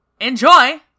Enjoy